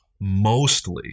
mostly